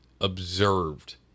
observed